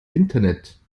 internet